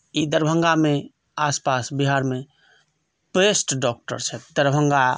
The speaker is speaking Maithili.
ई दरभंगामे आसपास बिहारमे बेस्ट डॉक्टर छथि दरभंगा